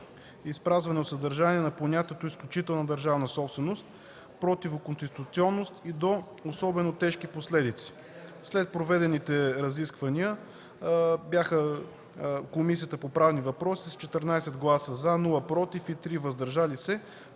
изпразване от съдържание на понятието „изключителна държавна собственост”, противоконституционност и до особено тежки последици. След проведените разисквания Комисия по правни въпроси с 14 гласа „за”, без „против” и 3 „въздържал се”,